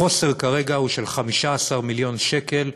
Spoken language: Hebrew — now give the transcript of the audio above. החוסר כרגע הוא של 15 מיליון שקל.